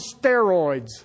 steroids